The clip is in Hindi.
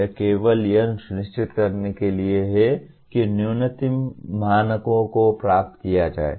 यह केवल यह सुनिश्चित करने के लिए है कि न्यूनतम मानकों को प्राप्त किया जाए